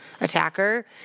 attacker